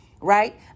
right